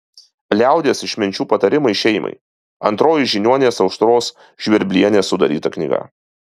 liaudies išminčių patarimai šeimai antroji žiniuonės aušros žvirblienės sudaryta knyga